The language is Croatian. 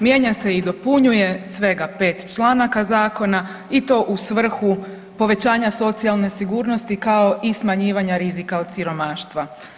Mijenja se i dopunjuje svega 5 članaka zakona i to u svrhu povećanja socijalne sigurnosti kao i smanjivanja rizika od siromaštva.